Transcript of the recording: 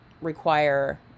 require